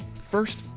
first